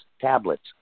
tablets